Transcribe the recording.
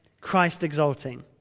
Christ-exalting